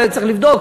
צריך לבדוק,